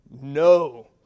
no